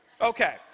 Okay